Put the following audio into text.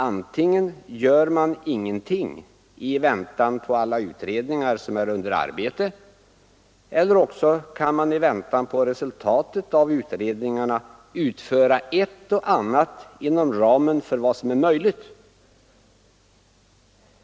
Antingen gör man ingenting i väntan på alla utredningar som är under arbete eller också kan man, i avvaktan på resultatet av utredningarna, utföra ett och annat inom ramen för vad som är möjligt.